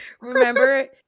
Remember